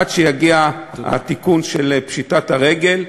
עד שיגיע התיקון של חוק פשיטת רגל.